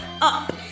up